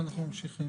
אחרי זה נמשיך.